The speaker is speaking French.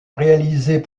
réalisées